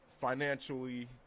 financially